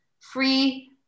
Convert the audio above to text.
free